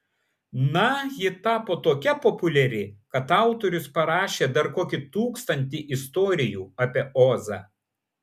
na ji tapo tokia populiari kad autorius parašė dar kokį tūkstantį istorijų apie ozą